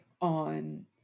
on